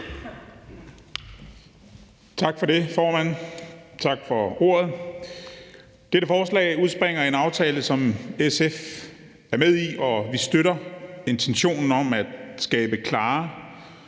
Tak for ordet, formand. Dette forslag udspringer af en aftale, som SF er med i, og vi støtter intentionen om at skabe klare